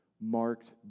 marked